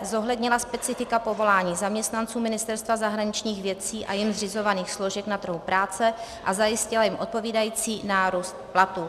d) zohlednila specifika povolání zaměstnanců Ministerstva zahraničních věcí a jím zřizovaných složek na trhu práce a zajistila jim odpovídající nárůst platů.